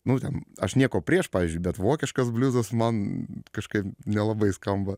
nu ten aš nieko prieš pvz bet vokiškas bliuzas man kažkaip nelabai skamba